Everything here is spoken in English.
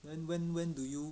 then when when do you